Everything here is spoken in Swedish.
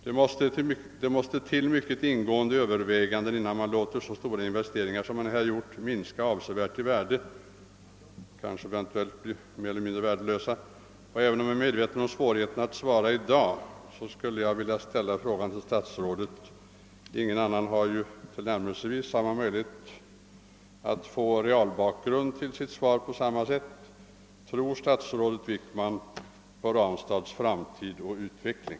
Det måste till mycket ingående överväganden innan man låter så stora investeringar som här företagits minska avsevärt i värde, eller rent av bli mer eller mindre värdelösa, och även om jag är medveten om svårigheten att svara i dag skulle jag gärna vilja ställa en fråga till statsrådet — ingen annan har ju tillnärmelsevis samma möjligheter att få en reell bakgrund till sitt svar: Tror statsrådet Wickman på Ranstads framtid och utveckling?